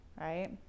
right